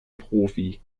profi